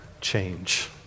change